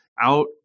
out